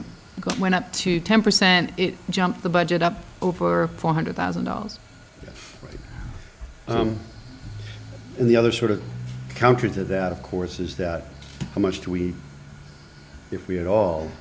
it went up to ten percent it jumped the budget up over four hundred thousand dollars in the other sort of country to that of course is that how much to we if we had all